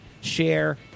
share